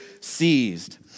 seized